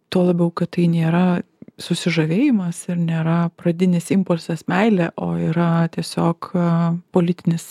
tuo labiau kad tai nėra susižavėjimas ir nėra pradinis impulsas meilė o yra tiesiog politinis